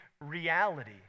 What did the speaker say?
reality